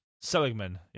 Seligman